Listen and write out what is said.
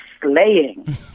slaying